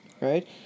right